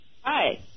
Hi